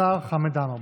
השר חמד עמאר.